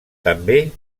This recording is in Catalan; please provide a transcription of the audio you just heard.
també